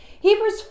Hebrews